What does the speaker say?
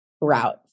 route